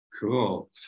Cool